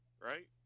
right